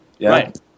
Right